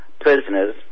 prisoners